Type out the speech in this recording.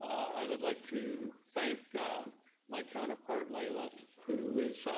i would like to thank my counterpart lalov who is.